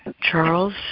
Charles